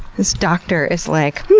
this doctor is like, hmm,